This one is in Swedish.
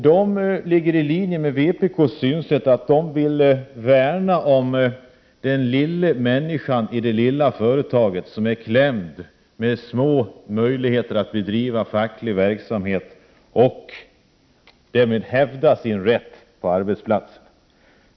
De ligger i linje med vpk:s synsätt i det att de vill värna om den lilla människan i det lilla företaget, som kommer i kläm och har små möjligheter att bedriva facklig verksamhet och därmed hävda sin rätt på arbetsplatsen.